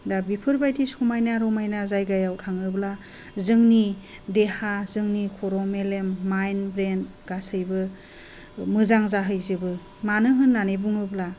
दा बेफोरबादि समाइना रमाइना जायगायाव थाङोब्ला जोंनि देहा जोंनि खर' मेलेम माइन ब्रेन गासैबो मोजां जाहैजोबो मानो होननानै बुङोब्ला